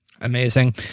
Amazing